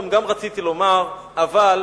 רציתי לומר זאת באותו יום,